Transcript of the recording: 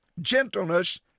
gentleness